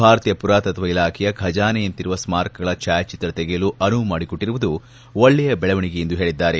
ಭಾರತೀಯ ಪುರಾತತ್ವ ಇಲಾಬೆಯ ಖಜಾನೆಯಂತಿರುವ ಸ್ನಾರಕಗಳ ಛಾಯಾಚಿತ್ರ ತೆಗೆಯಲು ಅನುವು ಮಾಡಿಕೊಟ್ಲಿರುವುದು ಒಳ್ಳೆಯ ಬೆಳವಣಿಗೆ ಎಂದು ಹೇಳಿದ್ದಾರೆ